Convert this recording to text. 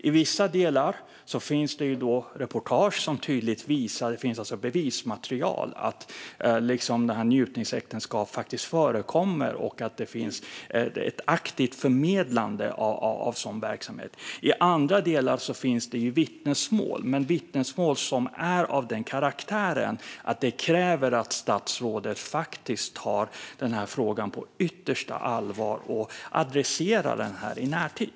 I vissa delar finns reportage - bevismaterial - som tydligt visar att njutningsäktenskap faktiskt förekommer och dessutom ett aktivt förmedlande av sådan verksamhet. I andra delar finns vittnesmål. Det är vittnesmål som är av karaktären att det kräver att statsrådet faktiskt tar frågan på yttersta allvar och adresserar den i närtid.